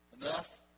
enough